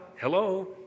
hello